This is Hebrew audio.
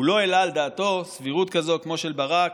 הוא לא העלה על דעתו סבירות כזאת כמו של ברק,